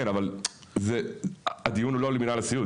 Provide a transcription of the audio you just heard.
כן, אבל הדיון הוא לא על מנהל הסיעוד.